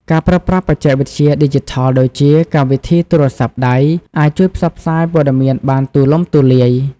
ការប្រើប្រាស់បច្ចេកវិទ្យាឌីជីថលដូចជា កម្មវិធីទូរស័ព្ទដៃ អាចជួយផ្សព្វផ្សាយព័ត៌មានបានទួលំទួលាយ។